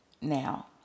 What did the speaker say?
Now